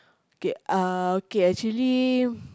okay uh okay actually